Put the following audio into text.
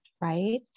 right